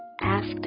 asked